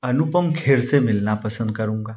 अनुपम खेर से मिलना पसन्द करूँगा